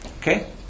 Okay